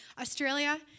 Australia